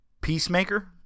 Peacemaker